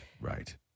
right